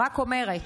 רק אומרת.